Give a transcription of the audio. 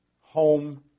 home